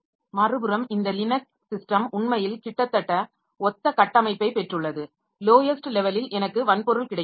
மறுபுறம் இந்த Linux system உண்மையில் கிட்டத்தட்ட ஒத்த கட்டமைப்பைப் பெற்றுள்ளது லோயஸ்ட் லெவலில் எனக்கு வன்பொருள் கிடைத்துள்ளது